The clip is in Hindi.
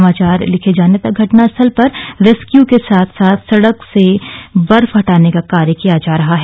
समाचार लिखे जाने तक घटना स्थल पर रेस्क्यू के साथ साथ सड़क से बर्फ हटाने का कार्य किया जा रहा है